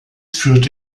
führte